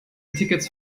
tickets